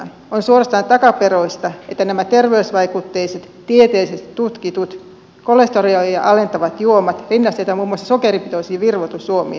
on suorastaan takaperoista että nämä terveysvaikutteiset tieteellisesti tutkitut kolesterolia alentavat juomat rinnastetaan muun muassa sokeripitoisiin virvoitusjuomiin valmisteveron osalta